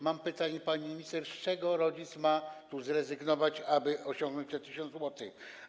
Mam pytanie, pani minister: Z czego rodzic ma tu zrezygnować, aby osiągnąć ten 1000 zł?